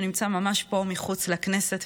שנמצא ממש פה מחוץ לכנסת,